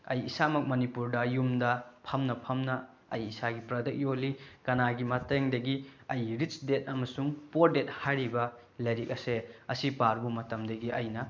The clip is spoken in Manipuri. ꯑꯩ ꯏꯁꯥꯃꯛ ꯃꯅꯤꯄꯨꯔꯗ ꯌꯨꯝꯗ ꯐꯝꯅ ꯐꯝꯅ ꯑꯩ ꯏꯁꯥꯒꯤ ꯄ꯭ꯔꯗꯛ ꯌꯣꯜꯂꯤ ꯀꯅꯥꯒꯤ ꯃꯇꯦꯡꯗꯒꯤ ꯑꯩ ꯔꯤꯁ ꯗꯦꯠ ꯑꯃꯁꯨꯡ ꯄꯣꯔ ꯗꯦꯠ ꯍꯥꯏꯔꯤꯕ ꯂꯥꯏꯔꯤꯛ ꯑꯁꯦ ꯑꯁꯤ ꯄꯥꯔꯨꯕ ꯃꯇꯝꯗꯒꯤ ꯑꯩꯅ